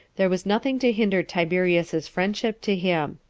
there was nothing to hinder tiberius's friendship to him.